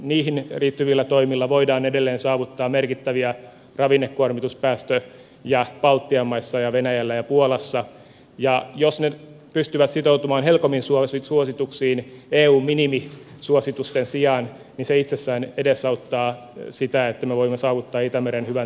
niihin liittyvillä toimilla voidaan edelleen saavuttaa merkittäviä ravinnekuormituspäästöjen vähennyksiä baltian maissa ja venäjällä ja puolassa ja jos ne pystyvät sitoutumaan helcomin suosituksiin eun minimisuositusten sijaan niin se itsessään edesauttaa sitä että me voimme saavuttaa itämeren hyvän tilan nopeasti